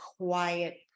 quiet